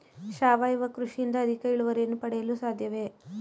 ಸಾವಯವ ಕೃಷಿಯಿಂದ ಅಧಿಕ ಇಳುವರಿಯನ್ನು ಪಡೆಯಲು ಸಾಧ್ಯವೇ?